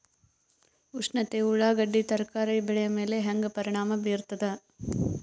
ಉಷ್ಣತೆ ಉಳ್ಳಾಗಡ್ಡಿ ತರಕಾರಿ ಬೆಳೆ ಮೇಲೆ ಹೇಂಗ ಪರಿಣಾಮ ಬೀರತದ?